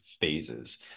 phases